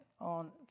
on